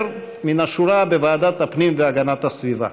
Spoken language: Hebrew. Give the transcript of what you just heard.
מן השורה בוועדת הפנים והגנת הסביבה.